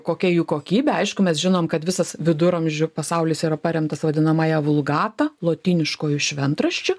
kokia jų kokybė aišku mes žinom kad visas viduramžių pasaulis yra paremtas vadinamąja vulgata lotyniškuoju šventraščiu